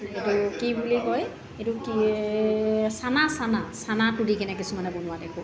এইটো কি বুলি কয় এইটো কি চানা চানা চানাতো দিকেনে কিছুমানে বনোৱা দেখোঁ